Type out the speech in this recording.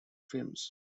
films